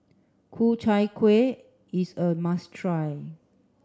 Ku Chai Kueh is a must try